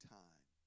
time